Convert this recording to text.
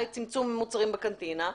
וצמצום מוצרים בקנטינה,